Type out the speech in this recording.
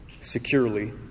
securely